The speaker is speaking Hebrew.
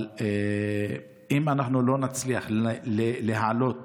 אבל אם לא נצליח להעלות